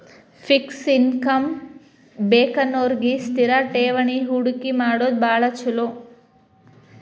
fix income ಬೇಕನ್ನೋರಿಗಿ ಸ್ಥಿರ ಠೇವಣಿ ಹೂಡಕಿ ಮಾಡೋದ್ ಭಾಳ್ ಚೊಲೋ